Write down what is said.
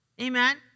Amen